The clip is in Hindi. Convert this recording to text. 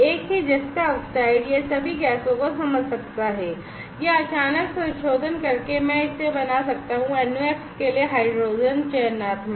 एक ही जस्ता ऑक्साइड यह सभी गैसों को समझ सकता है या अचानक संशोधन करके मैं इसे बना सकता हूं NOx के लिए हाइड्रोजन चयनात्मक